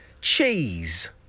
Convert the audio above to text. Cheese